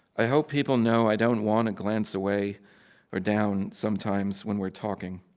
i hope people know i don't want to glance away or down sometimes when we're talking.